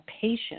patient